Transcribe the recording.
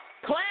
Class